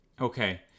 Okay